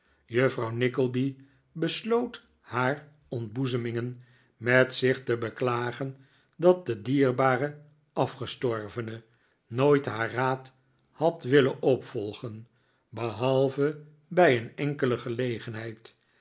juffrouw nickleby besloot haar ontboezemingen met zich te beklagen dat de dierbare afgestorvene nooit haar raad had willen opvolgen behalve bij een enkele gelegenheid